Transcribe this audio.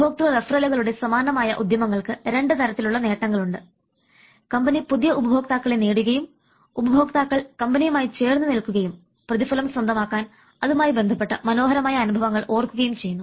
ഉപഭോക്തൃ റഫറലുകളുടെ സമാനമായ ഉദ്യമങ്ങൾക്ക് രണ്ടു തരത്തിലുള്ള നേട്ടങ്ങളുണ്ട് കമ്പനി പുതിയ ഉപഭോക്താക്കളെ നേടുകയും ഉപഭോക്താക്കൾ കമ്പനിയുമായി ചേർന്ന് നിൽക്കുകയും പ്രതിഫലം സ്വന്തമാക്കാൻ അതുമായി ബന്ധപ്പെട്ട മനോഹരമായ അനുഭവങ്ങൾ ഓർക്കുകയും ചെയ്യുന്നു